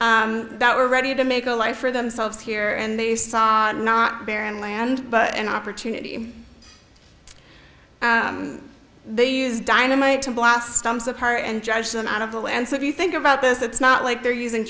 that were ready to make a life for themselves here and they saw not barren land but an opportunity they used dynamite to blast stumps apart and judge them out of the way and so if you think about this it's not like they're using